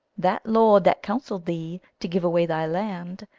that lord that counsell'd thee to give away thy land,